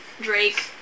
Drake